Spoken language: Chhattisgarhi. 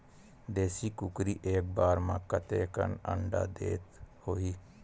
देशी कुकरी एक बार म कतेकन अंडा देत होही?